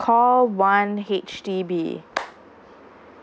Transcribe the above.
call one H_D_B